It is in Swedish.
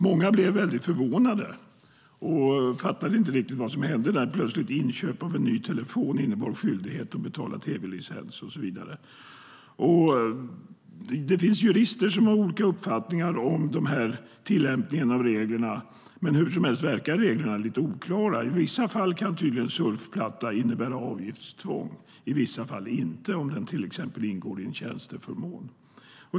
Många blev förvånade och fattade inte riktigt vad som hände. Plötsligt innebar inköp av en ny telefon skyldighet att betala tv-licens. Det finns jurister som har olika uppfattningar om tillämpningen av reglerna, men hur som helst verkar reglerna lite oklara. I vissa fall kan tydligen surfplatta innebära avgiftstvång, i vissa fall inte om den till exempel ingår i en tjänsteförmån.